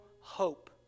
hope